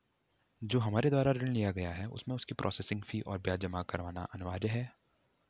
जो हमारे द्वारा ऋण लिया गया है उसमें उसकी प्रोसेस फीस और ब्याज जमा करना अनिवार्य है?